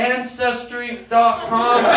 Ancestry.com